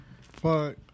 Fuck